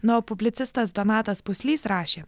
na o publicistas donatas puslys rašė